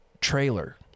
trailer